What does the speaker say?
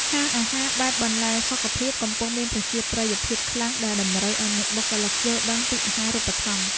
ហាងអាហារបែបបន្លែសុខភាពកំពុងមានប្រជាប្រិយភាពខ្លាំងដែលតម្រូវឱ្យមានបុគ្គលិកយល់ដឹងពីអាហារូបត្ថម្ភ។